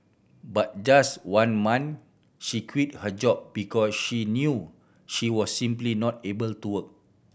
but just one month she quit her job because she knew she was simply not able to work